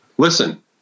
Listen